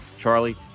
Charlie